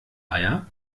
eier